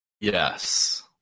Yes